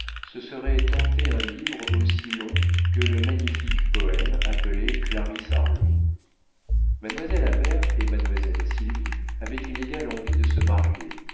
ce serait tenter un livre aussi long que le magnifique poème appelé clarisse harlowe mademoiselle habert et mademoiselle sylvie avaient une égale envie de se marier